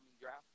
draft